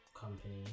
company